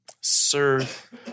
serve